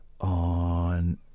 on